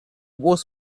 was